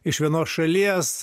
iš vienos šalies